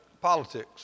politics